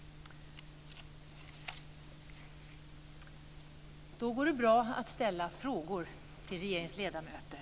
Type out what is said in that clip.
Det går nu bra att ställa frågor till regeringens ledamöter.